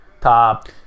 top